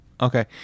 Okay